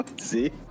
see